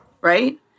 Right